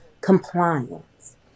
compliance